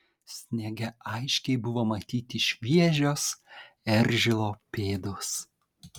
sniege aiškiai buvo matyti šviežios eržilo pėdos